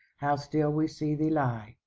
how still we see thee lie.